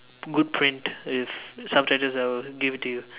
good print with subtitles I will give it to you